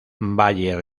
valle